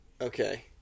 okay